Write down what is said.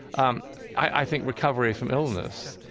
um i think recovery from illness.